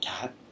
cat